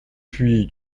puis